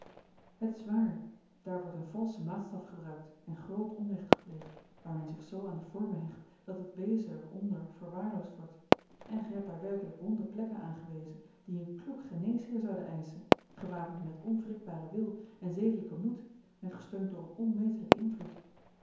het is waar daar wordt een valsche maatstaf gebruikt en groot onrecht gepleegd waar men zich zoo aan de vormen hecht dat het wezen er onder verwaarloosd wordt en gij hebt daar werkelijk wonde plekken aangewezen die een kloek geneesheer zouden eischen gewapend met onwrikbaren wil en zedelijken moed en gesteund door een onmetelijken invloed